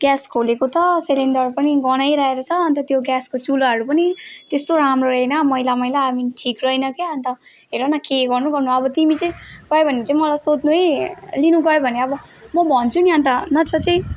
gas खोलेको त cylinder पनि गन्हाइरहेको रहेछ अन्त त्यो ग्यासको चुलाहरू पनि त्यस्तो राम्रो होइन मैला मैला आई मिन ठिक रहेन रहेछ के अन्त के गर्नु गर्नु अब तिमी चाहिँ गयौ भने चाहिँ मलाई सोध्नु है लिनु गयौ भने अब म भन्छु नि अन्त नत्र चाहिँ